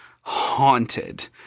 Haunted